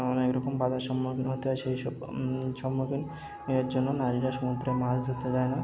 অনেক রকম বাধার সম্মুখীন হতে হয় সেই সব সম্মুখীন এর জন্য নারীরা সমুদ্রে মাছ ধরতে যায় না